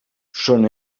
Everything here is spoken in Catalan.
són